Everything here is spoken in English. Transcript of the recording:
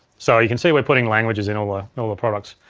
so, you can see we're putting languages in all ah in all the products.